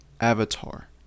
Avatar